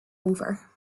over